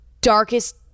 darkest